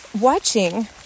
watching